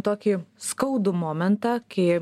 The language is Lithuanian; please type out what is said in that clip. tokį skaudų momentą kai